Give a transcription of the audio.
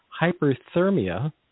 hyperthermia